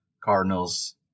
Cardinals